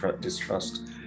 distrust